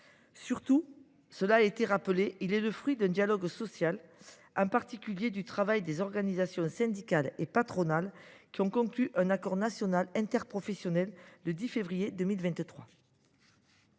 Surtout – cela a été rappelé –, il est le fruit d’un dialogue social et du travail des organisations syndicales et patronales, qui ont conclu un accord national interprofessionnel, le 10 février 2023.